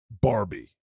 barbie